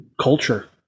culture